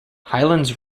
highlands